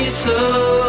slow